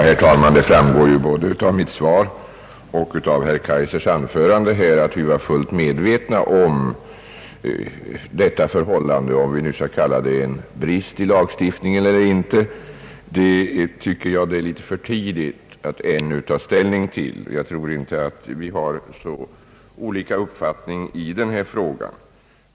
Herr talman! Det framgår ju både av mitt svar och av herr Kaijsers anförande här, att vi var fullt medvetna om detta förhållande. Huruvida man skall kalla det en brist i lagstiftningen eller inte tycker jag att det ännu är litet för tidigt att ta ställning till. Men jag tror inte att vi har så olika uppfattning i frågan.